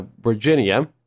Virginia